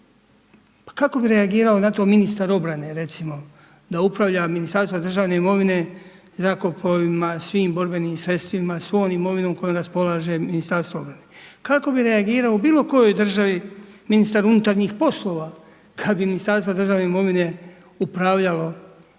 Pa kako bi reagirali na to, ministar obrane, recimo, da upravlja ministarstvom državne imovine, zrakoplovima, svim borbenim sredstvima, svom imovinom kojom raspolaže ministarstvo obrane. Kako bi reagirao u bilo kojoj državi ministar unutarnjih poslova, kada bi Ministarstva državne imovine upravljalo